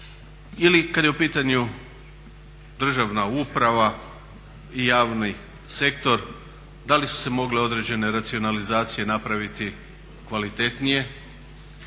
ili kad je u pitanju državna uprava i javni sektor da li su se mogle određene racionalizacije napraviti kvalitetnije